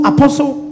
Apostle